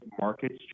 Markets